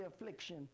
affliction